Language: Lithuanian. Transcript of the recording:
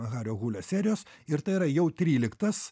hario hūlės serijos ir tai yra jau tryliktas